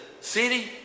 city